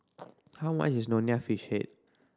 how much is Nonya Fish Head